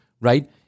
right